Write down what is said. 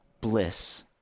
bliss